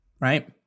right